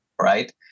right